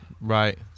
Right